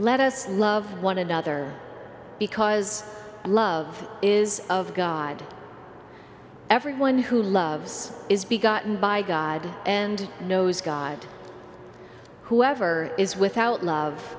us love one another because love is of god everyone who loves is be gotten by guide and knows guide whoever is without love